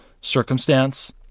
circumstance